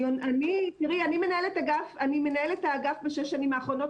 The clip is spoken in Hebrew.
אני מנהלת האגף בשש שנים האחרונות,